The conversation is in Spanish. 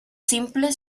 simple